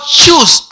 choose